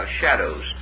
shadows